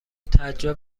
تعجب